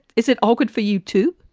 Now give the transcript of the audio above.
is it awkward for youtube?